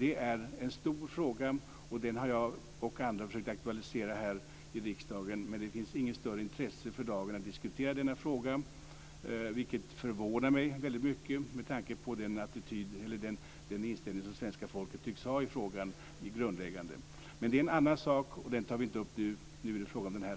är en stor fråga, och den har jag och andra försökt aktualisera här i riksdagen. Men det finns för dagen inte något större intresse att diskutera denna fråga, vilket förvånar mig väldigt mycket med tanke på den inställning som svenska folket tycks ha. Men det är en annan sak, och den tar vi inte upp nu. Nu är det fråga om detta.